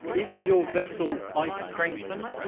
is your vessel ice strengthened?